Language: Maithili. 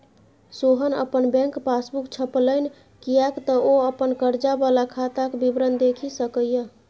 सोहन अपन बैक पासबूक छपेलनि किएक तँ ओ अपन कर्जा वला खाताक विवरण देखि सकय